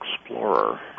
Explorer